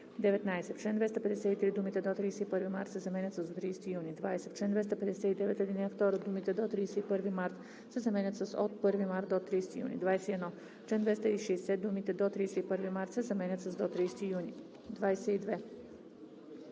19. В чл. 253 думите „до 31 март“ се заменят с „до 30 юни“. 20. В чл. 259, ал. 2 думите „до 31 март“ се заменят с „от 1 март до 30 юни“. 21. В чл. 260 думите „до 31 март“ се заменят с „до 30 юни“. 22.